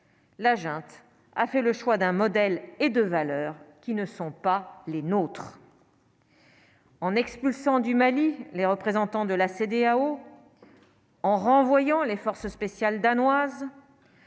la junte a fait le choix d'un modèle et de valeurs qui ne sont pas les nôtres. En expulsant du Mali, les représentants de la CEDEAO en renvoyant les forces spéciales danoises